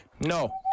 no